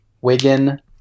Wigan